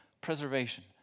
preservation